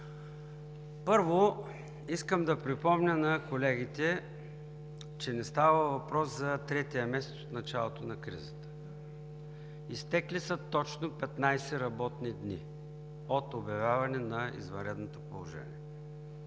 Първо, искам да припомня на колегите, че не става въпрос за третия месец от началото на кризата. Изтекли са точно 15 работни дни от обявяване на извънредното положение